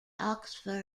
oxford